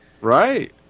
Right